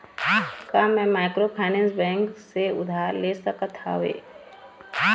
का मैं microfinance bank से उधार ले सकत हावे?